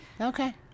Okay